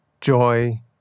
joy